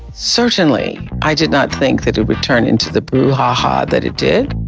certainly i did not think that it would turn into the bruhaha that it did.